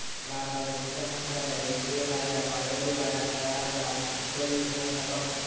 भारतात वित्त मंत्रालय वित्तिय कायदा, भांडवली बाजार, कराधान इत्यादी विषयांका बघता